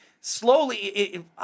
slowly